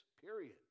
period